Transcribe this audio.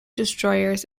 destroyers